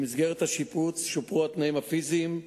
במסגרת השיפוץ שופרו התנאים הפיזיים,